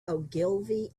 ogilvy